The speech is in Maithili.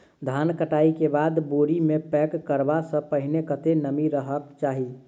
धान कटाई केँ बाद बोरी मे पैक करऽ सँ पहिने कत्ते नमी रहक चाहि?